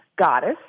Goddess